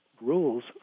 rules